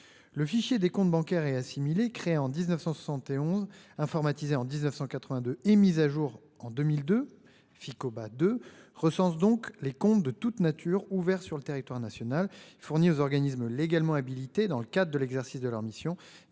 Le fichier des comptes bancaires et assimilés, créé en 1971. Informatisé en 1982 et mise à jour en 2002 Ficoba 2 recense donc les comptes de toute nature ouverts sur le territoire national fournit aux organismes légalement habilité dans le cadre de l'exercice de leur mission,